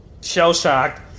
shell-shocked